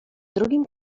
drugim